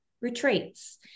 retreats